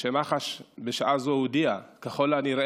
שמח"ש בשעה זו הודיעה, ככל הנראה,